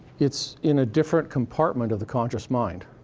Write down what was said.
it's in a different compartment of the conscious mind.